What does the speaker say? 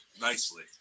nicely